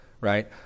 right